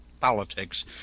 Politics